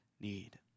need